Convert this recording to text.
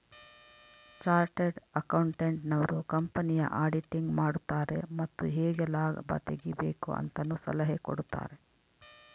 chartered accountant ನವರು ಕಂಪನಿಯ auditing ಮಾಡುತಾರೆ ಮತ್ತು ಹೇಗೆ ಲಾಭ ತೆಗಿಬೇಕು ಅಂತನು ಸಲಹೆ ಕೊಡುತಾರೆ